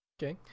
Okay